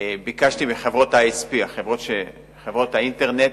ביקשתי מחברות ה-ISP, חברות האינטרנט,